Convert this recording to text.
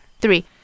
three